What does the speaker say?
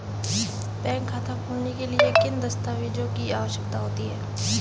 Bank खाता खोलने के लिए किन दस्तावेज़ों की आवश्यकता होती है?